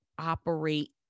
operate